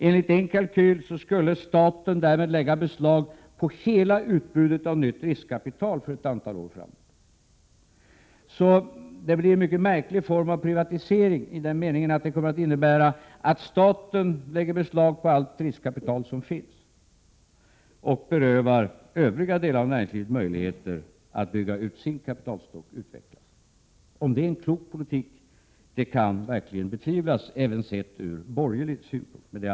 Enligt er kalkyl skulle staten därmed lägga beslag på hela utbudet av nytt riskkapital för ett antal år framöver. Det blir således en mycket märklig form av privatisering, i den meningen att staten lägger beslag på allt riskkapital som finns och berövar övriga delar av näringslivet möjligheter att bygga ut sin kapitalstock. Om det är klok politik kan verkligen betvivlas, även från borgerlig synpunkt.